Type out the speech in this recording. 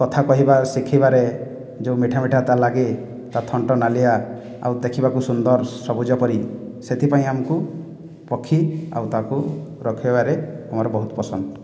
କଥା କହିବା ଶିଖିବାରେ ଯେଉଁ ମିଠା ମିଠା ତା' ଲାଗେ ତା' ଥଣ୍ଟ ନାଲିଆ ଆଉ ଦେଖିବାକୁ ସୁନ୍ଦର ସବୁଜ ପରି ସେଥିପାଇଁ ଆମକୁ ପକ୍ଷୀ ଆଉ ତାକୁ ରଖିବାରେ ମୋର ବହୁତ ପସନ୍ଦ